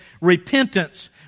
repentance